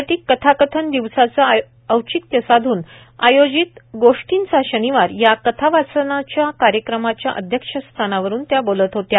जागतिक कथाकथन दिवसाचे औचित्य साधून आयोजित गोष्टींचा शनिवार या कथा वाचनाच्या कार्यक्रमाच्या अध्यक्षस्थानावरुन त्या बोलत होत्या